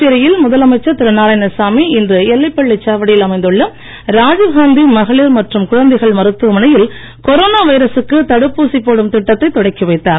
புதுச்சேரியில் முதலமைச்சர் திரு நாராயணசாமி இன்று எல்லப்பிள்ளை சாவடியில் அமைந்துள்ள ராஜீவ்காந்தி மகளிர் மற்றும் குழந்தைகள் மருத்துவமனையில் கொரோனா வைரசுக்கு தடுப்பு ஊசி போடும் திட்டத்தைத் தொடக்கி வைத்தார்